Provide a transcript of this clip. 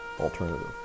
alternative